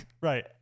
Right